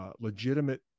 legitimate